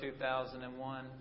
2001